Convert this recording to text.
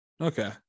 Okay